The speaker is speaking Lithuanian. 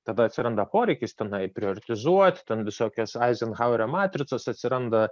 tada atsiranda poreikis tenai prioretizuot ten visokias aizenhauerio matricas atsiranda